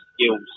skills